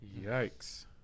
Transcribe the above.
Yikes